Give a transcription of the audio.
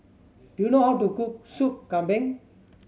do you know how to cook Sup Kambing